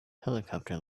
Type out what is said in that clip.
helicopter